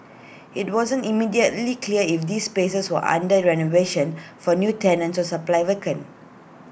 IT wasn't immediately clear if these spaces were under renovation for new tenants or simply vacant